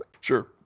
sure